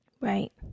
Right